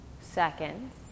seconds